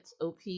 op